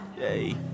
yay